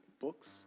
books